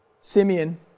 Simeon